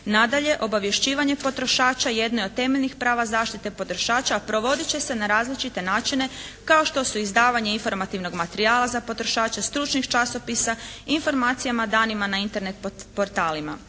Nadalje, obavješćivanje potrošača jedne od temeljnih prava zaštite potrošača provoditi će se na različite načine kao što su izdavanje informativnog materijala za potrošače, stručnih časopisa, informacijama danima na Internet portalima.